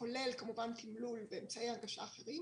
כולל כמובן תמלול ואמצעי הנגשה אחרים